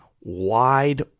wide